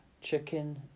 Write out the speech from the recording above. Chicken